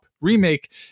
remake